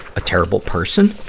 a terrible person.